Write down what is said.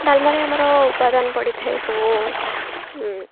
ଡ଼ାଲମାରେ ଆମର ଉପାଦାନ ପଡ଼ିଥାଏ ସବୁ